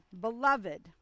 beloved